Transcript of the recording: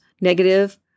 negative